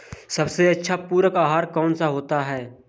सबसे अच्छा पूरक आहार कौन सा होता है?